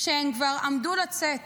כשהם כבר עמדו לצאת